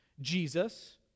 Jesus